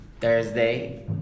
Thursday